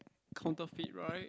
counterfeit right